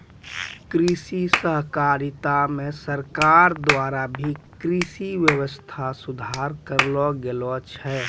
कृषि सहकारिता मे सरकार द्वारा भी कृषि वेवस्था सुधार करलो गेलो छै